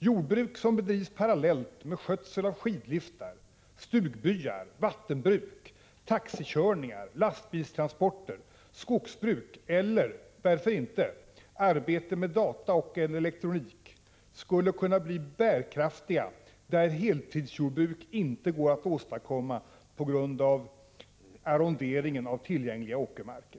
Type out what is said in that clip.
Jordbruk som bedrivs parallellt med skötsel av skidliftar, stugbyar, vattenbruk, taxikörningar, lastbilstransporter, skogsbruk eller — varför inte — arbete med data och/eller elektronik skulle kunna bli bärkraftiga där heltidsjordbruk inte går att åstadkomma på grund av arronderingen av tillgängliga åkermarker.